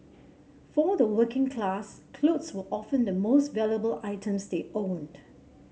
for the working class clothes were often the most valuable items they owned